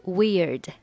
weird